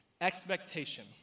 Expectation